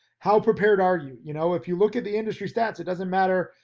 how prepared are you? you know, if you look at the industry stats, it doesn't matter,